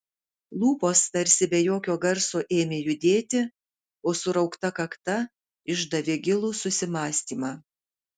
lūpos tarsi be jokio garso ėmė judėti o suraukta kakta išdavė gilų susimąstymą